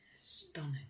stunning